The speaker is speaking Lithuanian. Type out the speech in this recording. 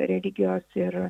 religijos ir